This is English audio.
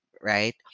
Right